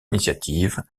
initiative